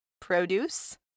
produce